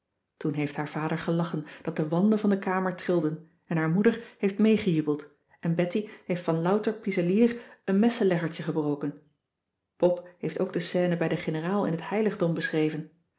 toen heeft haar vader gelachen dat de wanden van de kamer trilden en haar moeder heeft meegejubeld en betty heeft van louter piezelier een messenleggertje gebroken pop heeft ook de scène bij de generaal in t heillgdom beschreven